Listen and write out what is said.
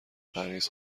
پرهیز